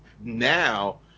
now